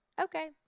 okay